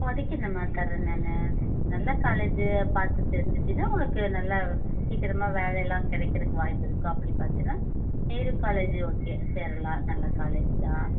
இப்போதைக்கு நம்ம தர நான் நல்ல காலேஜி பார்த்து சேர்ந்துட்டினா உனக்கு நல்ல சீக்கிரமாக வேலை எல்லாம் கிடைக்கறதுக்கு வாய்ப்பு இருக்கா அப்படி பார்த்தின்னா நேரு காலேஜ் ஓகே சேரலாம் நல்ல காலேஜ் தான்